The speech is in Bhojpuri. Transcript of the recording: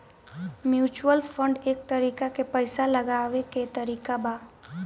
म्यूचुअल फंड एक तरीका के पइसा लगावे के तरीका बा